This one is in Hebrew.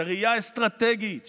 את הראייה האסטרטגית שלו,